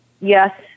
Yes